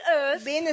earth